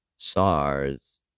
SARS